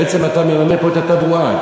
בעצם אתה מרמה פה את התברואה,